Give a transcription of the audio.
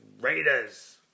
Raiders